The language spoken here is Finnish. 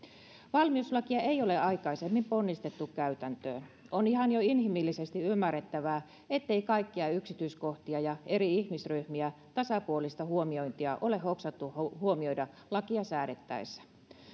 valmiuslakia ei ole aikaisemmin ponnistettu käytäntöön on ihan jo inhimillisesti ymmärrettävää ettei kaikkia yksityiskohtia ja eri ihmisryhmien tasapuolista huomiointia ole hoksattu huomioida lakia säädettäessä